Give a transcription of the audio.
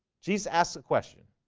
jesus asks a question